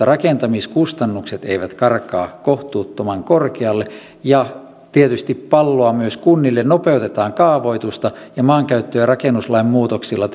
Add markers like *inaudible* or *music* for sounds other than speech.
*unintelligible* rakentamiskustannukset eivät karkaa kohtuuttoman korkealle ja tietysti palloa myös kunnille nopeutetaan kaavoitusta ja maankäyttö ja rakennuslain muutoksilla *unintelligible*